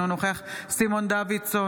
אינו נוכח סימון דוידסון,